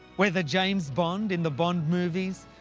whether james bond in the bond movies,